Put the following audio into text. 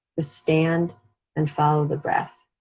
a stand and follow the breath,